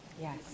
Yes